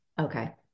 Okay